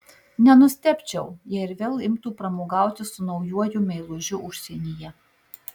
nenustebčiau jei ir vėl imtų pramogauti su naujuoju meilužiu užsienyje